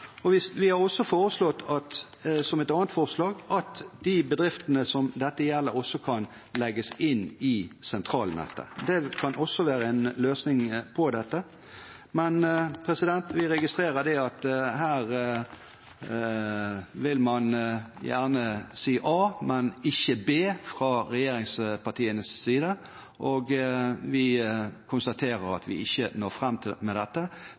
Vi har også foreslått – som et annet forslag – at de bedriftene som dette gjelder, kan legges inn i sentralnettet. Det kan også være en løsning på dette. Men vi registrerer at her vil man fra regjeringspartienes side gjerne si a, men ikke b. Vi konstaterer at vi ikke når fram med dette – til stor skuffelse for den industrien som dette gjelder. Med dette